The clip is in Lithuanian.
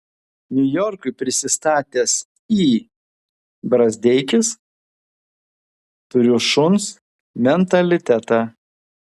niujorkui prisistatęs i brazdeikis turiu šuns mentalitetą